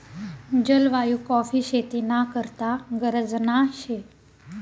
जलवायु काॅफी शेती ना करता गरजना शे